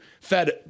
fed